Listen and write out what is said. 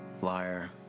liar